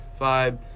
vibe